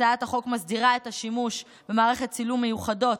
הצעת החוק מסדירה את השימוש במערכות צילום מיוחדות